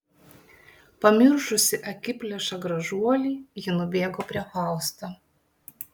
pamiršusi akiplėšą gražuolį ji nubėgo prie fausto